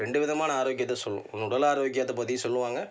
ரெண்டு விதமான ஆரோக்கியத்தை சொல்லும் ஒன்று உடல் ஆரோக்கியத்தை பற்றி சொல்லுவாங்க